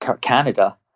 Canada